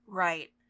right